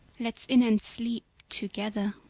let's in and sleep together.